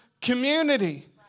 community